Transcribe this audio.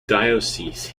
diocese